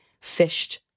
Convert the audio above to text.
fished